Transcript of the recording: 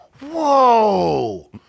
whoa